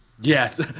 Yes